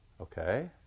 okay